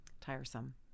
tiresome